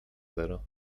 zero